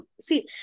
see